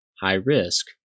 high-risk